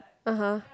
(uh huh)